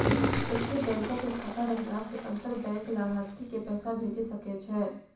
एक्के बैंको के खाता रहला से अंतर बैंक लाभार्थी के पैसा भेजै सकै छै